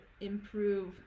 improve